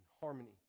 harmony